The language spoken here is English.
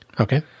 Okay